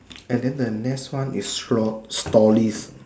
and then the next one is store stories